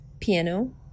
piano